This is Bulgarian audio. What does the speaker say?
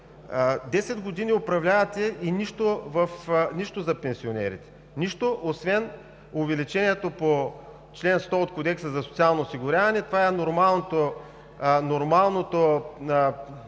10 години, и нищо за пенсионерите! Нищо, освен увеличението по чл. 100 от Кодекса за социално осигуряване. Това е нормалното